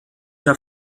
der